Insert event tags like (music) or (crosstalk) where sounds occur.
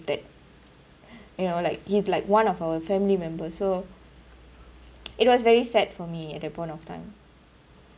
that you know like he's like one of our family members so (noise) it was very sad for me at that point of time